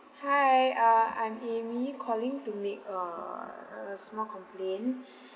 hi uh I'm amy calling to make a small complain